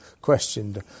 questioned